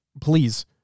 please